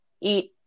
eat